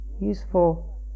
useful